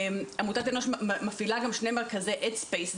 עמותת "אנוש" גם מפעילה שני מרכזי headspace,